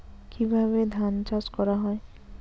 কিভাবে ধান চাষ করা হয়?